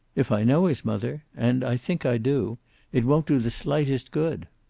if i know his mother? and i think i do it won't do the slightest good.